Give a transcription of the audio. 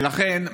לכן,